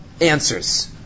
answers